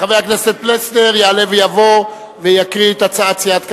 חבר הכנסת פלסנר יעלה ויבוא ויקרא את הצעת סיעת קדימה.